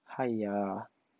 !haiya!